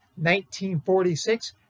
1946